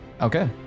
Okay